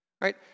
Right